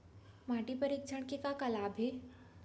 माटी परीक्षण के का का लाभ हे?